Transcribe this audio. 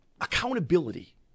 Accountability